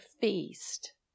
feast